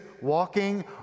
walking